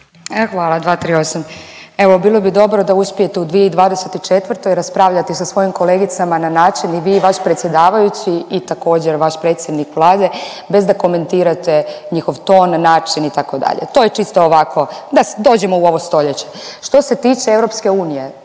hvala. 238. Evo bilo bi dobro da uspijete u 2024. raspravljati sa svojim kolegicama na način i vi i vaš predsjedavajući i također vaš predsjednik Vlade bez da komentirate njihov ton, način itd. To je čisto ovako, da dođemo u ovo stoljeće. Što se tiče EU ne,